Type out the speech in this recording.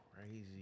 crazy